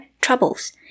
troubles